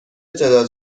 تعداد